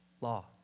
law